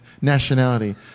nationality